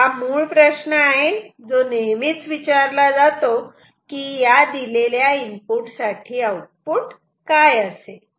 हा तर मूळ प्रश्न आहे जो नेहमी विचारला जातो की या दिलेल्या इनपुट साठी आऊटपुट काय असेल